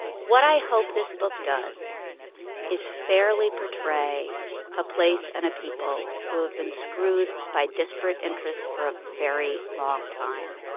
what i hope this book does is fairly portray a place and a people who have been screwed by disparate interests for a very long time.